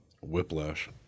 Whiplash